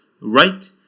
right